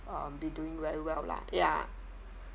um be doing very well lah ya